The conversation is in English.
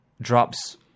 drops